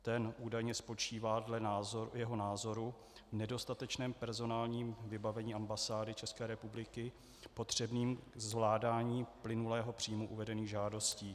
Ten údajně spočívá dle jeho názoru v nedostatečném personálním vybavení ambasády České republiky potřebným ke zvládání plynulého příjmu uvedených žádostí.